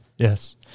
Yes